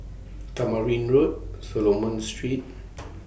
Tamarind Road Solomon Street